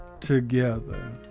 together